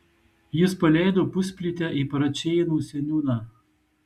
jis paleido pusplytę į parėčėnų seniūną